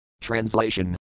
Translation